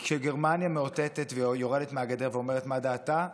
כשגרמניה יורדת מהגדר ואומרת מה דעתה,